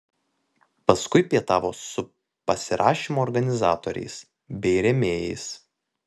paskui pietavo su pasirašymo organizatoriais bei rėmėjais